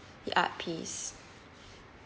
the art piece